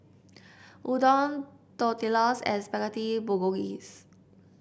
Udon Tortillas and Spaghetti Bolognese